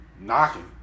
Knocking